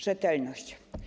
Rzetelność.